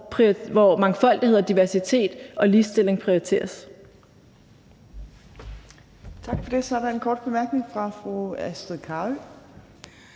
hvor mangfoldighed og diversitet og ligestilling prioriteres.